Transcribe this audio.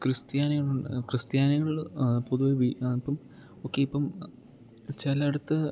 ക്രിസ്ത്യാനികളുണ്ട് ക്രിസ്ത്യാനികള് പൊതുവെ we are ഇപ്പം ഓക്കെ ഇപ്പം ചിലയിടത്ത്